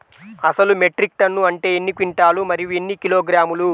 అసలు metric ton అంటే ఎన్ని క్వింటాలు మరియు ఎన్ని కిలోగ్రాములు?